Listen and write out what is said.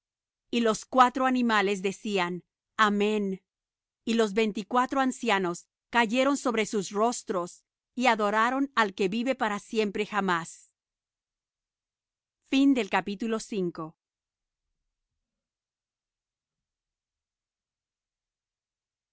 y los cuatro animales decían amén y los veinticuatro ancianos cayeron sobre sus rostros y adoraron al que vive para siempre jamás y